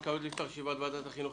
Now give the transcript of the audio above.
אני מתכבד לפתוח את ישיבת ועדת החינוך,